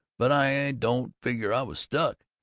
but i don't figure i was stuck,